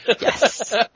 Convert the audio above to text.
Yes